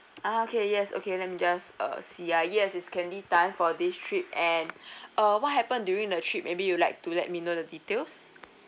ah okay yes okay let me just uh see ah yes it's candy tan for this trip and uh what happen during the trip maybe you like to let me know the details